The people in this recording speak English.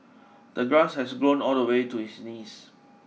the grass had grown all the way to his knees